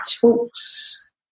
talks